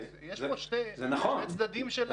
יש פה שני צדדים של המשבר.